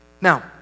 Now